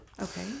Okay